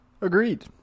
Agreed